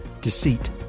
deceit